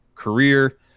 career